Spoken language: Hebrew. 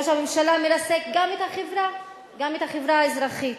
ראש הממשלה מרסק גם את החברה וגם את החברה האזרחית.